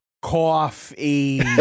coffee